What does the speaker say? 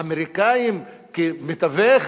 האמריקנים כמתווך